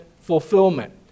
fulfillment